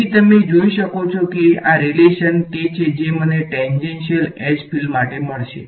તેથી તમે જોઈ શકો છો કે આ રીલેશન તે છે જે મને ટેંજેશીયલ H ફીલ્ડસ માટે મળશે